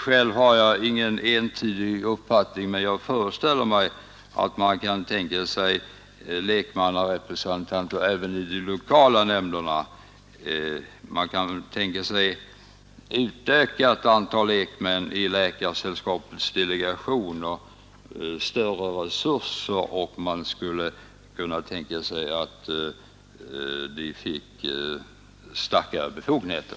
Själv har jag ingen entydig uppfattning, men jag föreställer mig att man kan tänka sig lekmannarepresentanter även i de lokala nämnderna. Man kan väl tänka sig ett utökat antal lekmän i Läkaresällskapets delegation och större resurser och man skulle kunna tänka sig att de fick större befogenheter.